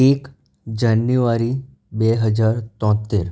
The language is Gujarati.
એક જાન્યુવારી બે હજાર તોત્તેર